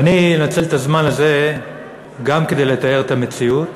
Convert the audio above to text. ואני אנצל את הזמן הזה גם כדי לתאר את המציאות